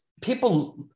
people